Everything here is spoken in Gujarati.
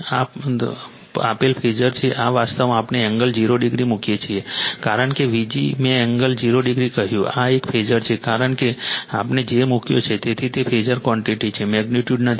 આ આપેલ ફેઝર છે આ વાસ્તવમાં આપણે એંગલ 0 ડિગ્રી મૂકીએ છીએ કારણ કે Vg મેં એંગલ 0 ડિગ્રી કહ્યું આ એક ફેઝર છે કારણ કે આપણે j મૂક્યો છે તેથી તે ફેઝર ક્વૉન્ટિટી છે મેગ્નિટ્યુડ નથી